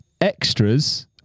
Extras